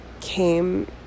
came